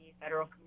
Federal